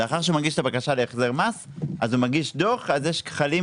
לאחר שהוא מגיש את הבקשה להחזר מס אז הוא מגיש דוח ועל זה חלים